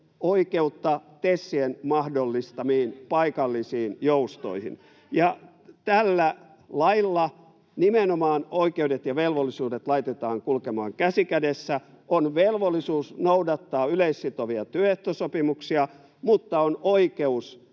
Kuka estää järjestäytymästä?] Ja tällä lailla nimenomaan oikeudet ja velvollisuudet laitetaan kulkemaan käsi kädessä: on velvollisuus noudattaa yleissitovia työehtosopimuksia, mutta on oikeus